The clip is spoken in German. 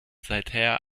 seither